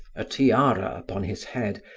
a tiara upon his head,